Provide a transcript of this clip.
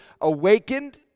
awakened